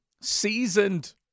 Seasoned